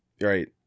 Right